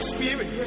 Spirit